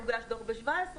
הוגש דוח ב-2017,